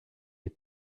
est